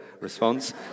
response